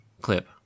clip